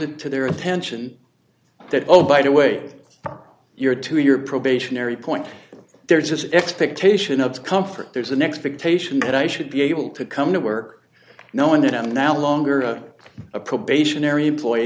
it to their attention that oh by the way from your to your probationary point there's this expectation of comfort there's an expectation that i should be able to come to work knowing that i'm now longer a probationary employee